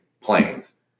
planes